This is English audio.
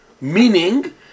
meaning